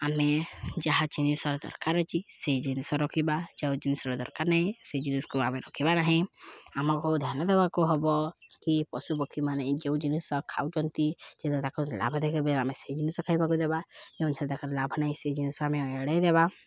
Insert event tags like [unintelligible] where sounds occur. ଆମେ ଯାହା ଜିନିଷ ଦରକାର ଅଛି ସେଇ ଜିନିଷ ରଖିବା ଯେଉଁ ଜିନିଷର ଦରକାର ନାହିଁ ସେ ଜିନିଷକୁ ଆମେ ରଖିବା ନାହିଁ ଆମକୁ ଧ୍ୟାନ ଦେବାକୁ ହବ କି ପଶୁପକ୍ଷୀମାନେ ଏ ଯେଉଁ ଜିନିଷ ଖାଉଛନ୍ତି ସେ ତାକୁ ଲାଭ ଦେଖାଇବେ ଆମେ ସେଇ ଜିନିଷ ଖାଇବାକୁ ଦେବା ଯେଉଁ [unintelligible] ଲାଭ ନାହିଁ ସେ ଜିନିଷ ଆମେ ଏଡ଼ାଇ ଦେବା